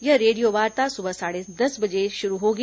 यह रेडियोवार्ता सुबह साढ़े दस बजे शुरू होगी